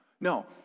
No